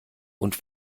und